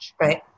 Right